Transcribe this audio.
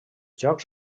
jocs